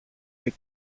και